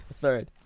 third